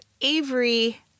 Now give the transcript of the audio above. Avery